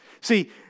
See